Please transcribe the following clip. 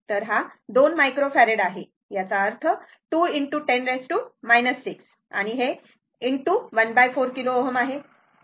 तर हा 2 मायक्रोफॅराड आहे याचा अर्थ 2✖10 6 आणि हे ✖ 1 4 किलो Ω आहे